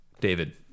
David